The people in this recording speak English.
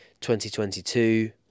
2022